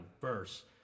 verse